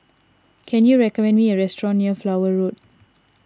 can you recommend me a restaurant near Flower Road